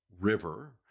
river